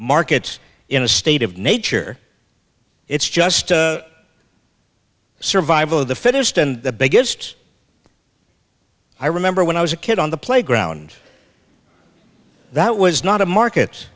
markets in a state of nature it's just survival of the fittest and the biggest i remember when i was a kid on the playground that was not a markets